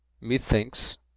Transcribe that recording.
Methinks